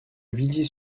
villiers